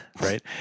right